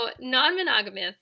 non-monogamous